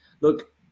Look